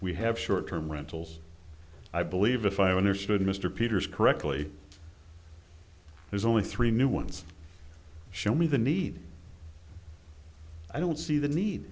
we have short term rentals i believe if i understood mr peters correctly there's only three new ones show me the need i don't see the need